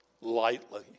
lightly